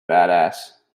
badass